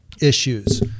issues